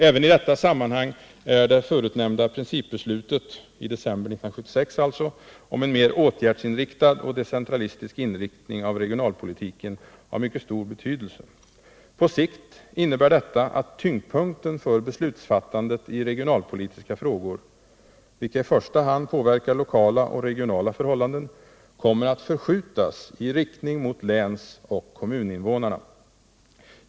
Även i detta sammanhang är det förutnämnda principbeslutet, i december 1976, om en mer åtgärdsriktad och decentralistisk inriktning av regionalpolitiken av mycket stor betydelse. På sikt innebär detta att tyngdpunkten för beslutsfattandet i regionalpolitiska frågor — vilka i första hand påverkar lokala och regionala förhållanden — kommer att förskjutas i riktning mot länsoch kommunnivåerna.